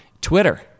Twitter